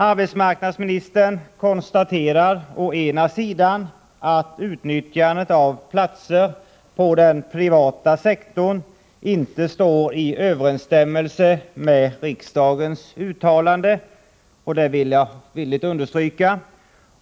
Arbetsmarknadsministern konstaterar å ena sidan att utnyttjandet av platser på den privata sektorn inte står i överensstämmelse med riksdagens uttalande, och det vill också jag understryka.